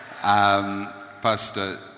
Pastor